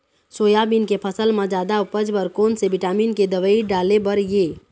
Soybean के फसल म जादा उपज बर कोन से विटामिन के दवई डाले बर ये?